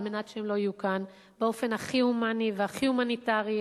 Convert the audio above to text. מנת שהם לא יהיו כאן באופן הכי הומני והכי הומניטרי.